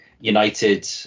United